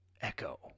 echo